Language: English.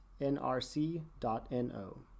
nrc.no